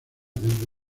centro